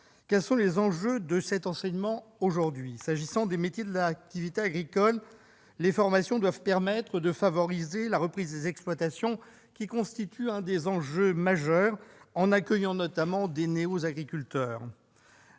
Quels sont les enjeux de cet enseignement ? S'agissant des métiers liés à l'activité agricole, les formations doivent permettre de favoriser la reprise des exploitations, qui constitue un des enjeux majeurs, en accueillant notamment des néo-agriculteurs.